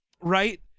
right